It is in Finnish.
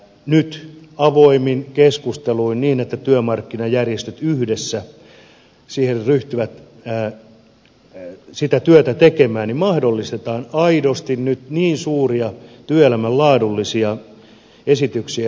nyt avoimin keskusteluin niin että työmarkkinajärjestöt yhdessä ryhtyvät sitä työtä tekemään mahdollistetaan aidosti nyt suuria työelämän laadullisia esityksiä